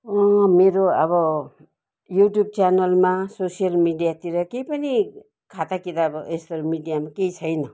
मेरो अब युट्युब च्यानलमा सोसियल मिडियातिर केही पनि खाता किताब यस्तो मिडियामा केही छैन